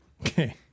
Okay